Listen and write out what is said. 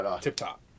tip-top